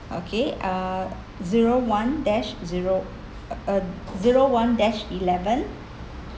okay uh zero one dash zero uh zero one dash eleven